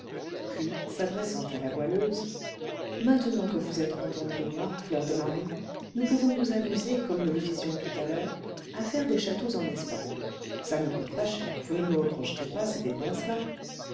puis s'adressant à la goualeuse maintenant que vous êtes contente de moi fleur de marie nous pouvons nous amuser comme nous le disions tout à l'heure à faire des châteaux en espagne ça ne coûte pas cher vous ne me reprocherez pas ces dépenses là